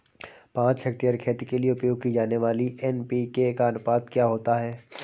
पाँच हेक्टेयर खेत के लिए उपयोग की जाने वाली एन.पी.के का अनुपात क्या होता है?